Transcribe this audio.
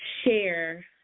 share